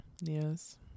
Yes